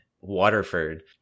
waterford